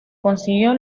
consiguió